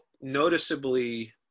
noticeably